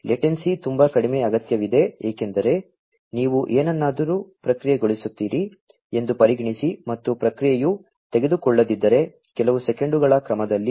latency ತುಂಬಾ ಕಡಿಮೆ ಅಗತ್ಯವಿದೆ ಏಕೆಂದರೆ ನೀವು ಏನನ್ನಾದರೂ ಪ್ರಕ್ರಿಯೆಗೊಳಿಸುತ್ತೀರಿ ಎಂದು ಪರಿಗಣಿಸಿ ಮತ್ತು ಪ್ರಕ್ರಿಯೆಯು ತೆಗೆದುಕೊಳ್ಳದಿದ್ದರೆ ಕೆಲವು ಸೆಕೆಂಡುಗಳ ಕ್ರಮದಲ್ಲಿ